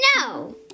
No